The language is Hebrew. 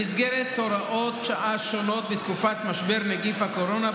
במסגרת הוראות שעה שונות בתקופת משבר נגיף הקורונה,